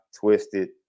Twisted